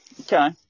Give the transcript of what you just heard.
okay